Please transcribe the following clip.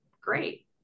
great